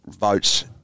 votes